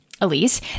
Elise